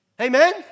Amen